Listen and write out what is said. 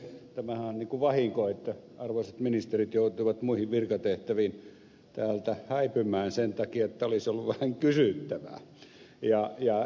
tämähän on niin kuin vahinko että arvoisat ministerit joutuivat muihin virkatehtäviin täältä häipymään sen takia että olisi ollut vähän kysyttävää